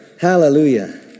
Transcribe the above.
Hallelujah